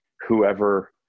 whoever